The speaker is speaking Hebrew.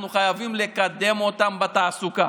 אנחנו חייבים לקדם אותם בתעסוקה.